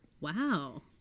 Wow